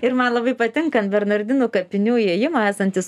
ir man labai patinka ant bernardinų kapinių įėjimo esantis